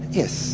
yes